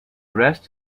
rest